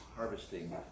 Harvesting